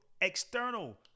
external